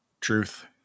Truth